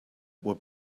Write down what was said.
would